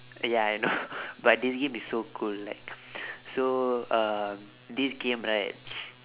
ya I know but this game is so cool like so um this game right